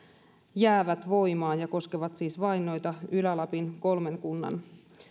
jäävät voimaan ja koskevat siis vain noiden ylä lapin kolmen kunnan